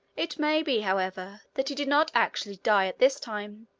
it may be, however, that he did not actually die at this time,